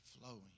flowing